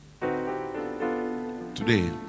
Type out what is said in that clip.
today